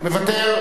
מוותר.